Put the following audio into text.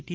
T